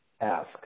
ask